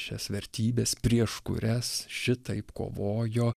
šias vertybes prieš kurias šitaip kovojo